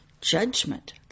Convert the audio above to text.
judgment